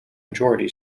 majority